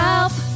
Help